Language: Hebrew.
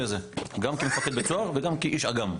הזה גם כמפקד בית סוהר וגם כאיש אג"מ.